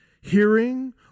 hearing